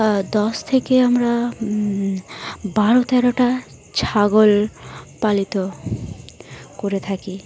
দশ থেকে আমরা বারো তেরোটা ছাগল পালিত করে থাকি